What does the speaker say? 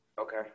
Okay